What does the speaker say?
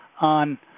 on